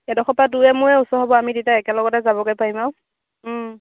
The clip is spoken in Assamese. এডখৰ পৰা তোৰে মোৰে ওচৰ হ'ব আমি তেতিয়া একেলগতে যাবগে পাৰিম আৰু